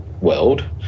world